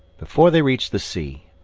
before they reached the sea,